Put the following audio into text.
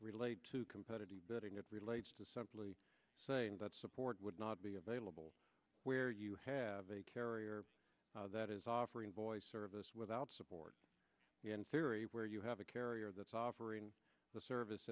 relate to competitive bidding it relates to simply saying that support would not be available where you have a carrier that is offering voice service without support in theory where you have a carrier that's the service